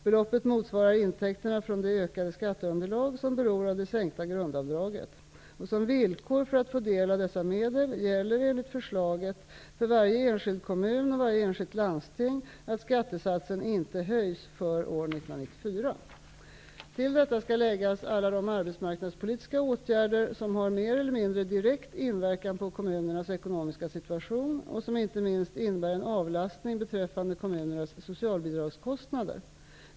Beloppet motsvarar intäkterna från det ökade skatteunderlag som beror av det sänkta grundavdraget. Som villkor för att få del av dessa medel gäller enligt förslaget för varje enskild kommun och varje enskilt landsting att skattesatsen inte höjs för år 1994. Till detta skall läggas alla de arbetsmarknadspolitiska åtgärder som har mer eller mindre direkt inverkan på kommunernas ekonomiska situation och som inte minst innebär en avlastning beträffande kommunernas socialbidragskostnader.